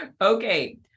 Okay